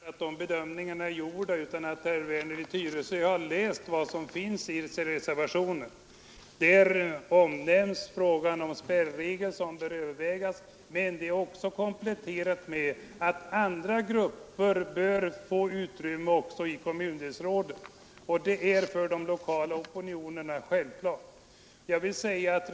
Herr talman! Herr Werner i Tyresö har ju gjort vissa bedömningar av innehållet i vår reservation. Jag förmodar att de bedömningarna är gjorda utan att herr Werner i Tyresö har läst vad som står i reservationen. Där omnämns frågan om att någon form av spärregel bör övervägas, men detta uttalande har kompletterats med ett annat, innebärande att också andra grupper bör få utrymme i kommundelsrådet. Det framstår också som självklart för de lokala opinionerna.